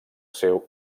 seu